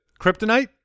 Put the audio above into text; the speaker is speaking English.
kryptonite